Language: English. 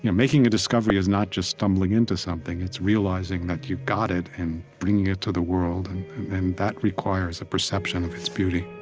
yeah making a discovery is not just stumbling into something. it's realizing that you've got it and bringing it to the world, and and that requires a perception of its beauty